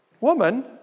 woman